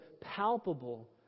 palpable